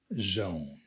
zone